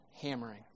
hammering